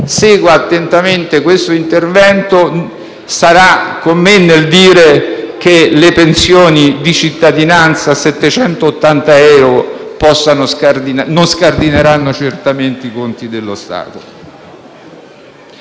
segua attentamente il mio intervento - sarà con me nel dire che le pensioni di cittadinanza a 780 euro non scardineranno certamente i conti dello Stato.